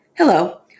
Hello